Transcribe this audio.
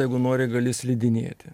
jeigu nori gali slidinėti